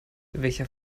welcher